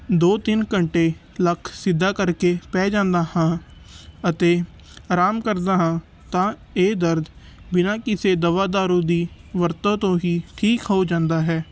ਦੋ ਤਿੰਨ ਘੰਟੇ ਲੱਕ ਸਿੱਧਾ ਕਰਕੇ ਪੈ ਜਾਂਦਾ ਹਾਂ ਅਤੇ ਆਰਾਮ ਕਰਦਾ ਹਾਂ ਤਾਂ ਇਹ ਦਰਦ ਬਿਨਾਂ ਕਿਸੇ ਦਵਾ ਦਾਰੂ ਦੀ ਵਰਤੋਂ ਤੋਂ ਹੀ ਠੀਕ ਹੋ ਜਾਂਦਾ ਹੈ